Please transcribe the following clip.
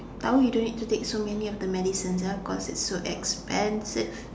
now you don't need to take so many of the medicines ah because it's so expensive